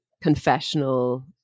confessional